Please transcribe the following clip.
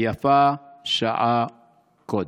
ויפה שעה קודם.